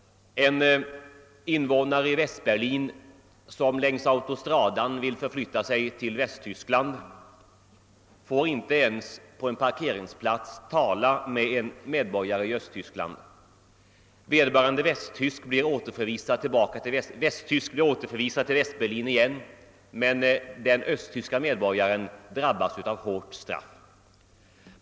En invånare i Västberlin, som längs autostradan vill förflytta sig till Västtyskland, får inte ens på en parkeringsplats tala med en medborgare i Östtyskland. Västtysken blir då återförvisad tillbaka till Västberlin, men den östtyske medborgaren drabbas av hårt straff.